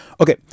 Okay